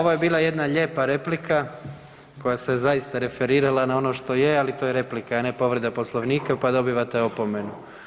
Ovo je bila jedna lijepa replika koja se zaista referirala na ono što je, ali to je replika, a ne povreda Poslovnika pa dobivate opomenu.